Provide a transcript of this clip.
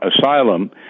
asylum